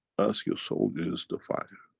ask your soldiers to fire.